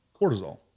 Cortisol